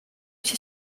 się